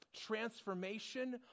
transformation